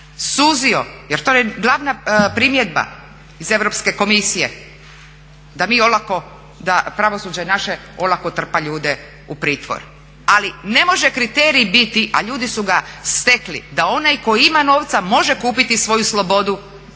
suzio jer to je glavna primjedba iz Europske komisije da mi olako, pravosuđe naše, olako trpa ljude u pritvor. Ali ne može kriterij biti, a ljudi su ga stekli, da onaj tko ima novca može kupiti svoju slobodu, a onaj